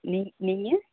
நீங் நீங்கள்